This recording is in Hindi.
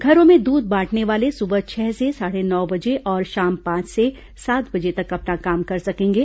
घरों में दूध बांटने वाले सुबह छह से साढ़े नौ बजे और शाम पांच से सात बजे तक अपना काम कर सकेंगे